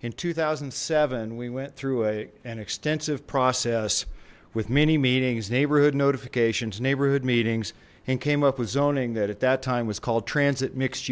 in two thousand and seven we went through an extensive process with many meetings neighborhood notifications neighborhood meetings and came up with zoning that at that time was called transit mix